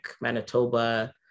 manitoba